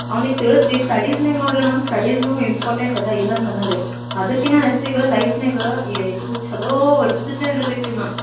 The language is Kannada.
ಅವ್ನಿಗೆ ತಿಳ್ಸಿ ರೀ ಸ್ಟಡೀಸ್ನಾಗ ನೋಡಿರಿ ಮ್ಯಾಮ್ ಸ್ಟಡೀಸೂ ಇಂಪಾರ್ಟೆಂಟ್ ಅದ ಇಲ್ಲ ಅಂತ ಅನ್ನಲ್ರೀ ಅದ್ರಕಿನ ಹೆಚ್ಚಿಗೆ ಲೈಫ್ನಾಗ ಯ ಇದು ಛಲೋ ಡಿಸಿಪ್ಲಿನ್ ಇರ್ಬೇಕು ರೀ ಮ್ಯಾಮ್